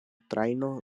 trajno